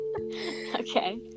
okay